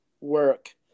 work